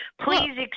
Please